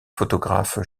photographe